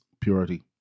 purity